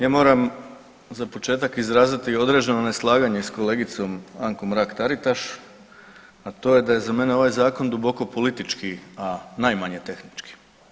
Ja moram za početak izraziti određene neslaganje s kolegicom Ankom Mrak-Taritaš, a to je da je za mene ovaj Zakon duboko politički, a najmanje tehnički.